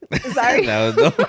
Sorry